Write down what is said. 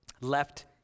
left